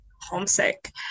homesick